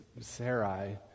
Sarai